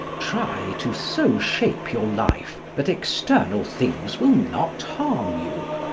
try to so shape your life that external things will not harm you.